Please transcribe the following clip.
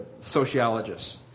sociologists